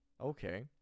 Okay